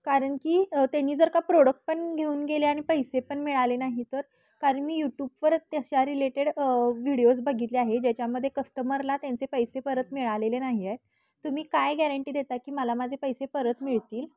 कारण की त्यांनी जर का प्रोडक्ट पण घेऊन गेले आणि पैसे पण मिळाले नाही तर कारण मी यूट्यूबवर तशा रिलेटेड व्हिडिओज बघितले आहे ज्याच्यामध्ये कस्टमरला त्यांचे पैसे परत मिळालेले नाही आहेत तुम्ही काय गॅरंटी देता की मला माझे पैसे परत मिळतील